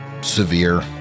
severe